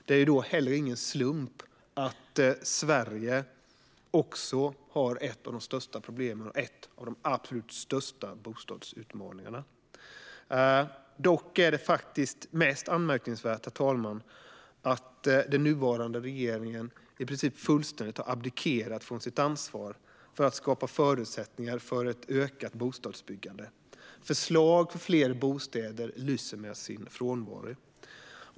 Det är då heller ingen slump att Sverige också har ett av de största problemen och en av de absolut största bostadsutmaningarna. Dock är faktiskt det mest anmärkningsvärda, herr talman, att den nuvarande regeringen i princip fullständigt har abdikerat från sitt ansvar för att skapa förutsättningar för ett ökat bostadsbyggande. Förslag för fler bostäder lyser med sin frånvaro.